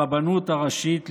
הרבנות הראשית לישראל.